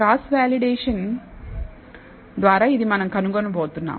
cross validation ద్వారా ఇది మనం కనుగొనబోతున్నాం